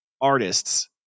artists